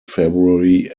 february